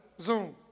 Zoom